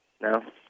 No